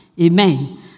Amen